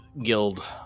guild